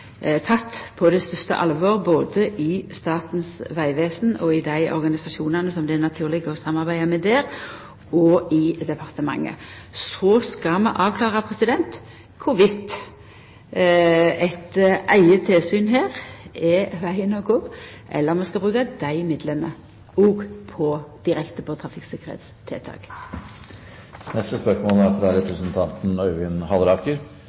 på største alvor både i Statens vegvesen og i dei organisasjonane som det er naturleg for dei å samarbeida med, og i departementet. Så skal vi avklara om eit eige tilsyn er vegen å gå, eller om vi skal bruka dei midlane direkte på trafikktryggingstiltak. «Utbyggingen av ny E39 mellom Os og Rådalen i Hordaland er